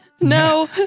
no